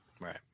right